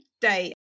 day